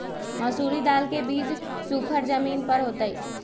मसूरी दाल के बीज सुखर जमीन पर होतई?